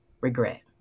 regret